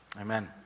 Amen